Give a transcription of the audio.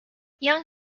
young